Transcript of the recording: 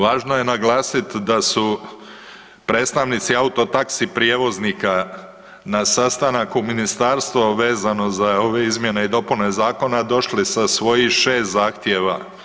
Važno je naglasiti da su predstavnici auto taksi prijevoznika na sastanak u ministarstvo vezano za ove izmjene i dopune zakona došli sa svojih 6 zahtjeva.